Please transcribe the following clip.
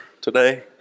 today